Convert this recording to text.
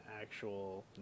actual